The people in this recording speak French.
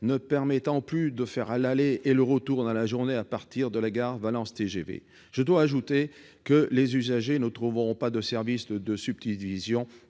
ne permet plus de faire l'aller-retour dans la journée à partir de la gare de Valence-TGV. Je dois ajouter que les usagers ne trouveront pas de service de substitution